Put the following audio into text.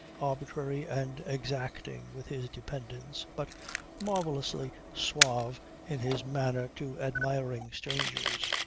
arbitrary and exacting with his dependants, but marvellously suave in his manner to admiring strangers.